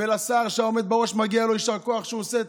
ולשר שעומד בראש מגיע יישר כוח שהוא עושה את